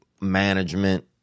management